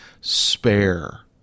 spare